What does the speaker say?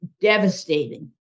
devastating